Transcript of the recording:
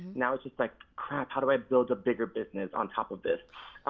now it's just like, crap how do i build a bigger business on top of this?